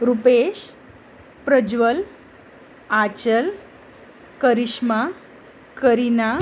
Rupesh Prajwal Achal Karishma Kareena